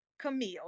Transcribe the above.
Camille